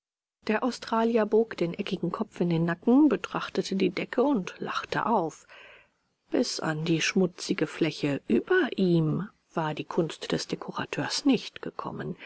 der australier bog den eckigen kopf in den nacken betrachtete die decke und lachte auf bis an die schmutzige fläche über ihm war die kunst des dekorateurs nicht gekommen